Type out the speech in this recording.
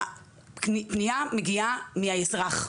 הפנייה מגיעה מהאזרח.